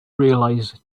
realise